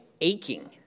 aching